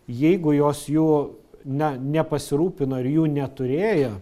jeigu jos jų na nepasirūpino ir jų neturėjo